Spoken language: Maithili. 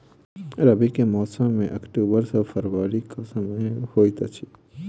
रबीक मौसम अक्टूबर सँ फरबरी क समय होइत अछि